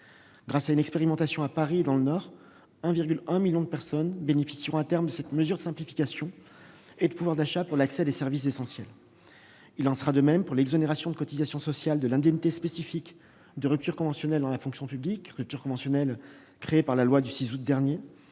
Grâce à une expérimentation menée à Paris et dans le Nord, 1,1 million de personnes bénéficieront à terme de cette mesure de simplification et de pouvoir d'achat pour l'accès à des services essentiels. Il en sera de même pour l'exonération de cotisations sociales de l'indemnité spécifique de rupture conventionnelle dans la fonction publique, rupture créée par la loi du 6 août 2019.